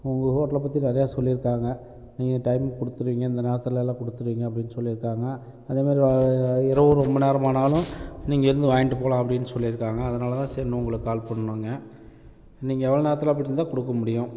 உங்கள் ஹோட்டலை பற்றி நிறையா சொல்லியிருக்காங்க நீங்கள் டைமுக்கு கொடுத்திடுவிங்க இந்த நேரத்திலல்லாம் கொடுத்துருவிங்க அப்படி சொல்லியிருக்காங்க அதேமாதிரி இரவு ரொம்ப நேரமானாலும் நீங்கள் இருந்து வாங்கிட்டு போகலானு அப்படினு சொல்லியிருக்காங்க அதனால்தான் சரினு உங்களுக்கு கால் பண்ணோங்க நீங்கள் எவ்வளவு நேரத்தில் அப்படி இருந்தால் கொடுக்க முடியும்